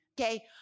Okay